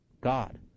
God